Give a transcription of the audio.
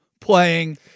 playing